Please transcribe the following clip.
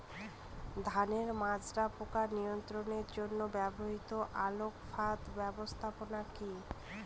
ধানের মাজরা পোকা নিয়ন্ত্রণের জন্য ব্যবহৃত আলোক ফাঁদ ব্যবস্থাপনা কি?